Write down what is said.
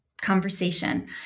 conversation